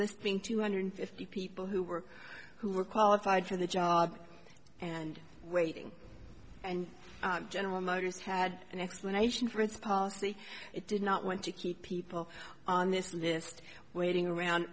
being two hundred fifty people who were who were qualified for the job and waiting and general motors had an explanation for its policy it did not want to keep people on this list waiting around